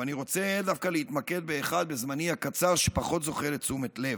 אבל בזמני הקצר אני רוצה דווקא להתמקד באחת שפחות זוכה לתשומת לב.